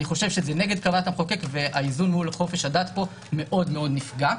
אני חושב שזה נגד כוונת המחוקק והאיזון מול חופש הדת פה מאוד מאוד נפגע.